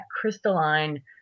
crystalline